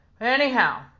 Anyhow